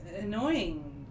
annoying